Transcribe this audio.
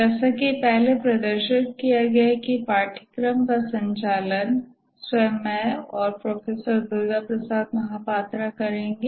जैसा कि पहले प्रदर्शित किया गया है कि पाठ्यक्रम का संचालन स्वयं मैं और प्रोफेसर दुर्गा प्रसाद महापात्रा करेंगे